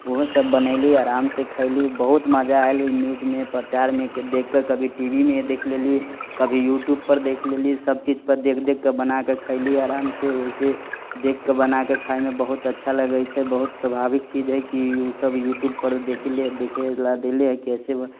ओहोसभ बनयली आरामसँ खयली बहुत मजा आयल ओहि न्यूज़मे प्रचारमे के देख कऽ कभी टीवीमे देख लेली कभी यूट्यूबपर देख लेली सभचीजपर देख देख कऽ बना कऽ खयली आरामसँ ओहिसँ देख कऽ बना कऽ खायमे बहुत अच्छा लगैत छै बहुत स्वाभाविक चीज हइ कि ओसभ यूट्यूबपर देखय लेल देले हइ कि कैसे